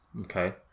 Okay